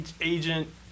Agent